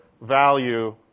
value